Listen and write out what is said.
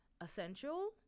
essential